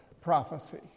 prophecy